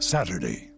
Saturday